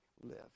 live